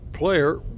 player